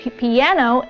piano